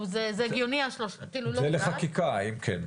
זה הגיוני --- זה לחקיקה אם כן.